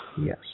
Yes